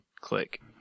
click